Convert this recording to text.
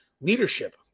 leadership